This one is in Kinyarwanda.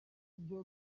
byo